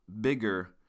bigger